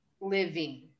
living